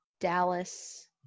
Dallas